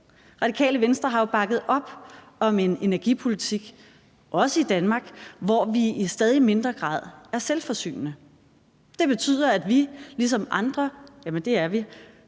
Radikale Venstre har jo bakket op om en energipolitik, også i Danmark, hvor vi i stadig mindre grad er selvforsynende. Jamen det er vi. Siden 2013 har vi